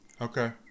okay